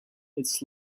its